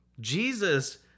Jesus